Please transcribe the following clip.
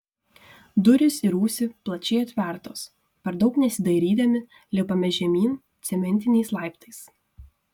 durys į rūsį plačiai atvertos per daug nesidairydami lipame žemyn cementiniais laiptais